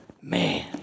man